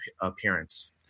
appearance